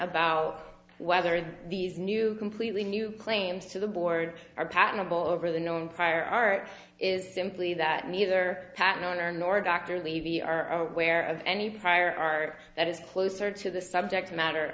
about whether these new completely new claims to the board are patentable over the known prior art is simply that neither cat owner nor dr levy are aware of any prior art that is closer to the subject matter